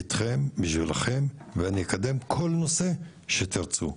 בשבילכם ואני אקדם כל נושא שתרצו.